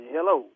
Hello